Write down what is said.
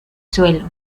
suelo